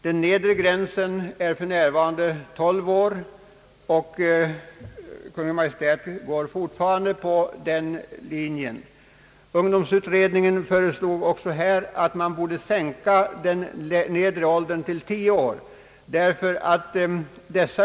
Den nedre gränsen är för närvarande 12 år, och Kungl. Maj:t vill ha kvar denna gräns. Ungdomsutredningen föreslog att man skulle sänka den nedre gränsen till 10 år.